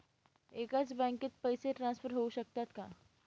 एकाच बँकेत पैसे ट्रान्सफर होऊ शकतात का?